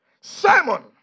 Simon